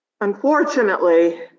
Unfortunately